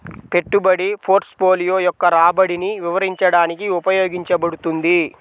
పెట్టుబడి పోర్ట్ఫోలియో యొక్క రాబడిని వివరించడానికి ఉపయోగించబడుతుంది